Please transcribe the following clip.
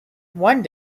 one